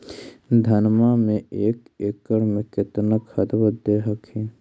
धनमा मे एक एकड़ मे कितना खदबा दे हखिन?